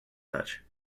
touch